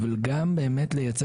אבל גם לייצר,